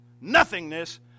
nothingness